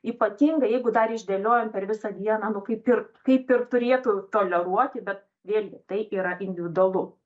ypatingai jeigu dar išdėliojom per visą dieną nu kaip ir kaip ir turėtų toleruoti bet vėlgi tai yra individualu